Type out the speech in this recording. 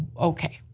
okay,